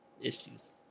issues